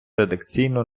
редакційну